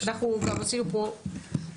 אנחנו גם עשינו פה דיון,